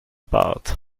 bart